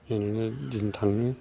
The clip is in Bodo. बिदिनो दिन थाङो